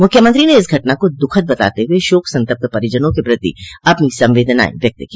मुख्यमंत्री ने इस घटना को दुःखद बताते हुए शोक संतप्त परिजनों के प्रति अपनी संवेदनाये व्यक्त की